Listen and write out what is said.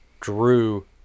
drew